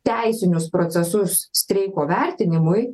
teisinius procesus streiko vertinimui